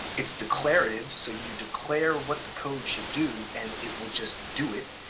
it's declarative, so you declare what the code should do and it will just do it.